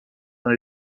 dans